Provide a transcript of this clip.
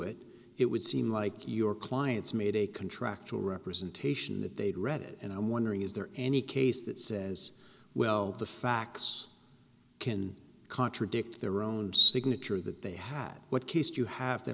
it it would seem like your clients made a contractual representation that they'd read it and i'm wondering is there any case that says well the facts can contradict their own signature that they have what cased you have that